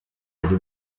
yari